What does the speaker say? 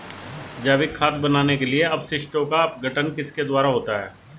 जैविक खाद बनाने के लिए अपशिष्टों का अपघटन किसके द्वारा होता है?